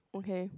okay